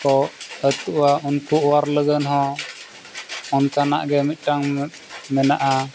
ᱠᱚ ᱟᱹᱪᱩᱜᱼᱟ ᱩᱱᱠᱩ ᱚᱣᱟᱨ ᱞᱟᱹᱜᱤᱫ ᱦᱚᱸ ᱚᱱᱠᱟᱱᱟᱜ ᱜᱮ ᱢᱤᱫᱴᱟᱝ ᱢᱮᱱᱟᱜᱼᱟ